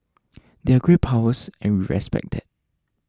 they're great powers and we respect that